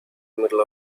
middle